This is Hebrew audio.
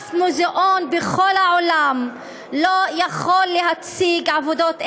אף מוזיאון בכל העולם לא יכול להציג עבודות אלה,